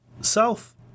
south